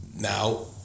Now